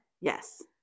Yes